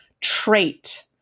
trait